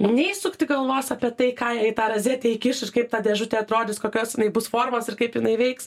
nei sukti galvos apie tai ką jie į tą rozetę įkiš ir kaip ta dėžutė atrodys kokios bus formos ir kaip jinai veiks